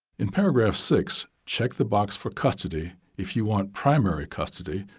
in paragraph six, check the box for custody if you want primary custody,